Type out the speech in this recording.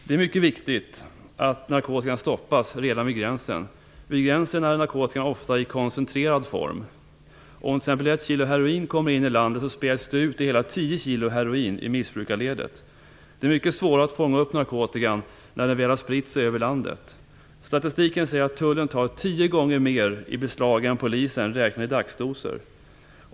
Det är mycket viktigt att narkotikan stoppas redan vid gränsen. Vid gränsen är narkotikan ofta i koncentrerad form. Om t.ex. 1 kg heroin kommer in i landet späds det ut till hela 10 kg heroin i missbrukarledet. Det är mycket svårare att fånga upp narkotikan när den väl har spritt sig över landet. Statistiken säger att tullen tar tio gånger mer i beslag än polisen gör räknat i dagsdoser.